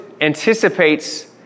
anticipates